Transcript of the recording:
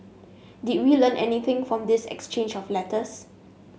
did we learn anything from this exchange of letters